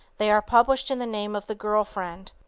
they are published in the name of the girl friend,